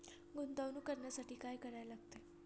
गुंतवणूक करण्यासाठी काय करायला लागते?